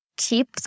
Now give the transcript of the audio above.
Keep